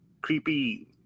creepy